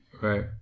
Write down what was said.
right